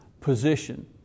position